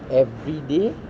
everyday